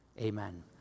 amen